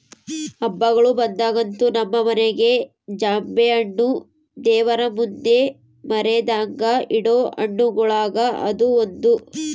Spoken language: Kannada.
ಹಬ್ಬಗಳು ಬಂದಾಗಂತೂ ನಮ್ಮ ಮನೆಗ ಜಾಂಬೆಣ್ಣು ದೇವರಮುಂದೆ ಮರೆದಂಗ ಇಡೊ ಹಣ್ಣುಗಳುಗ ಅದು ಒಂದು